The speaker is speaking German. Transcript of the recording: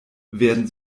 werden